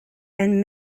and